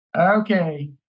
Okay